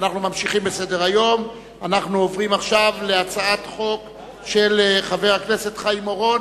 אני קובע שהצעת חוק כלי הירייה